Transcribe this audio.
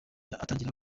atangira